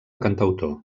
cantautor